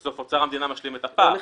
אוצר המדינה משלים את הפער.